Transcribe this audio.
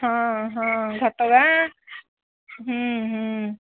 ହଁ ହଁ ଘଟଗାଁ ହୁଁ ହୁଁ